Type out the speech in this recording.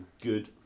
good